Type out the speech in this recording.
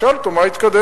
תשאל אותו מה התקדם.